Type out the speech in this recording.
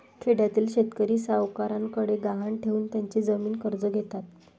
खेड्यातील शेतकरी सावकारांकडे गहाण ठेवून त्यांची जमीन कर्ज घेतात